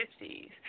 50s